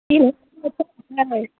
तीन ओत्ते कथी ला